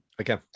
Okay